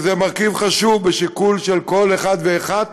שזה מרכיב חשוב בשיקול של כל אחד ואחת